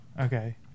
Okay